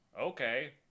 Okay